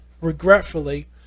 Regretfully